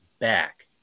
back